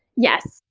yes.